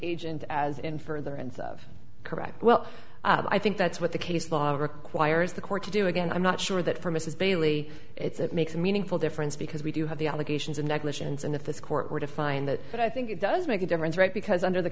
agent as in furtherance of correct well i think that's what the case law requires the court to do again i'm not sure that for mrs bailey it's it makes a meaningful difference because we do have the allegations of negligence and if this court were to find that but i think it does make a difference right because under the